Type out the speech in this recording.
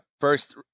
First